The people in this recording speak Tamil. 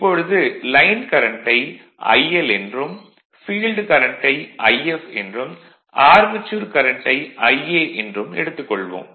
இப்பொழுது லைன் கரண்ட்டை IL என்றும் ஃபீல்டு கரண்ட்டை If என்றும் ஆர்மெச்சூர் கரண்ட்டை Ia என்றும் எடுத்துக் கொள்வோம்